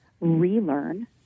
relearn